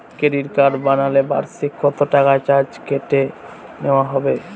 Credit card বানালে বার্ষিক কত টাকা চার্জ কেটে নেওয়া হবে?